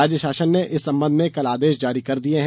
राज्य शासन ने इस संबंध में कल आदेश जारी कर दिये हैं